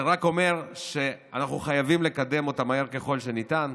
זה רק אומר שאנחנו חייבים לקדם אותה מהר ככל שניתן.